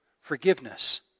forgiveness